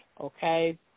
okay